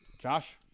Josh